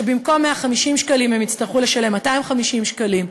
ושבמקום 150 שקלים הם יצטרכו לשלם 250 שקלים,